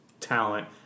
talent